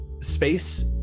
space